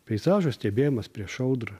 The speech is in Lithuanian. peizažo stebėjimas prieš audrą